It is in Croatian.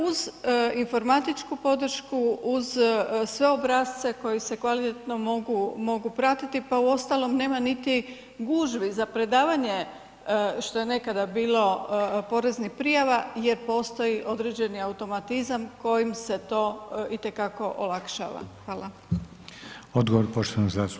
Uz informatičku podršku, uz sve obrasce koji se kvalitetno mogu pratiti, pa uostalom nema niti gužvi za predavanje što je nekada bilo poreznih prijava jer postoji određeni automatizam kojim se to itekako olakšava.